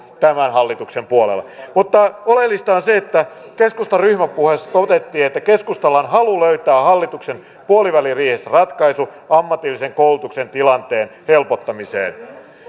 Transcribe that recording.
tämän hallituksen puolella mutta oleellista on se että keskustan ryhmäpuheessa todettiin että keskustalla on halu löytää hallituksen puoliväliriihessä ratkaisu ammatillisen koulutuksen tilanteen helpottamiseen